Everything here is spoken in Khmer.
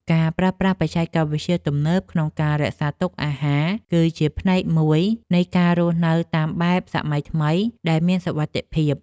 ការប្រើប្រាស់បច្ចេកវិទ្យាទំនើបក្នុងការរក្សាទុកអាហារ គឺជាផ្នែកមួយនៃការរស់នៅតាមបែបសម័យថ្មីដែលមានសុវត្ថិភាព។